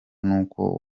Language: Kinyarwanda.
nuko